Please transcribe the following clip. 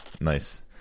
nice